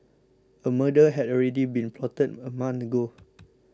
a murder had already been plotted a month ago